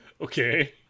Okay